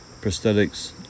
prosthetics